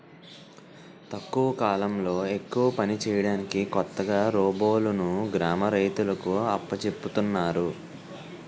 తక్కువ కాలంలో ఎక్కువ పని చేయడానికి కొత్తగా రోబోలును గ్రామ రైతులకు అప్పజెపుతున్నారు